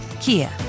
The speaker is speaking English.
Kia